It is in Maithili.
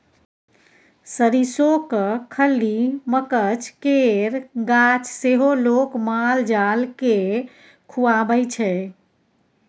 सरिसोक खल्ली, मकझ केर गाछ सेहो लोक माल जाल केँ खुआबै छै